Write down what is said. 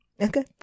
okay